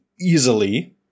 easily